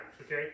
okay